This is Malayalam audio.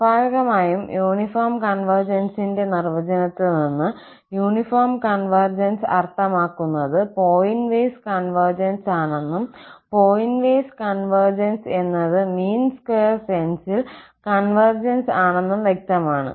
സ്വാഭാവികമായും യൂണിഫോം കോൺവെർജന്സിന്റെ നിർവചനത്തിൽ നിന്ന് യൂണിഫോം കോൺവെർജൻസ് അർത്ഥമാക്കുന്നത് പോയിന്റ് വൈസ് കൺവെർജൻസ് ആണെന്നും പോയിന്റ് വൈസ് കൺവെർജൻസ് എന്നത് മീൻ സ്ക്വയർ സെൻസിൽ കോൺവെർജൻസ് ആണെന്നും വ്യക്തമാണ്